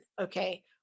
okay